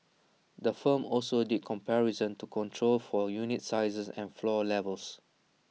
the firm also did comparisons to control for unit sizes and floor levels